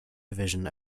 division